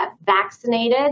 vaccinated